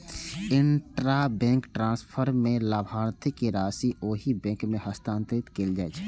intrabank transfer मे लाभार्थीक राशि ओहि बैंक मे हस्तांतरित कैल जाइ छै